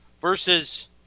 versus